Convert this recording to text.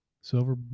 silver